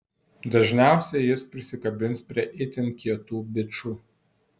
dažniausiai jis prisikabins prie itin kietų bičų